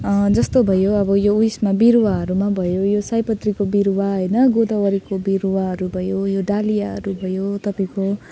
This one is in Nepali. जस्तो भयो अब यो उयसमा बिरुवाहरूमा भयो यो सयपत्रीको बिरुवा होइन गदावरीको बिरुवाहरू भयो यो डालियाहरू भयो तपाईँको